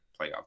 playoff